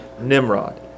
Nimrod